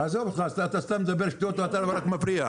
עזוב, אתה סתם מדבר שטויות, אתה רק מפריע.